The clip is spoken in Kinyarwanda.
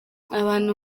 abantu